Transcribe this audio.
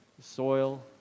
soil